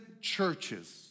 churches